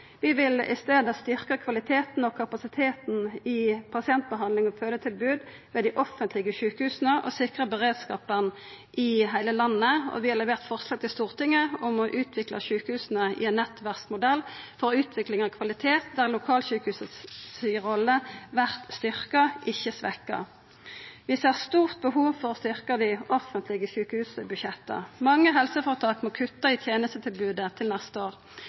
Vi vil i staden styrkja kvaliteten og kapasiteten i pasientbehandling og fødetilbod ved dei offentlege sjukehusa og sikra beredskapen i heile landet, og vi har levert forslag til Stortinget om å utvikla sjukehusa i ein nettverksmodell for utvikling av kvalitet, der lokalsjukehusa si rolle vert styrkt, ikkje svekt. Vi ser eit stort behov for å styrkja dei offentlege sjukehusbudsjetta. Mange helseføretak må kutta i tenestetilbodet til neste år.